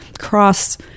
cross